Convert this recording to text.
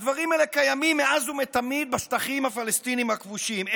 הדברים האלה קיימים מאז ומתמיד בשטחים הפלסטינים הכבושים.